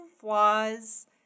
flaws